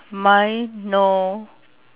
mine no